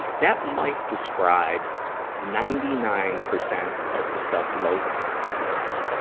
that might describe ninety nine percent of the self-loathing on earth.